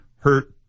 hurt